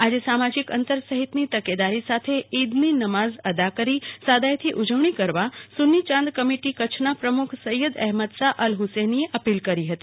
આજે સામાજીક અંતર સહિતની તકેદારી સાથે ઈદની નમાઝ અદા કરી સાદાઈથી ઉજવણી કરવા સુન્ની ચાંદ કમિટી કચ્છના પ્રમુખ સૈયદ અહેમદશા અલહુસેનીએ અપીલ કરી હતી